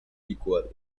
equal